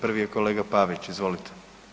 Prvi je kolega Pavić, izvolite.